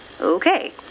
Okay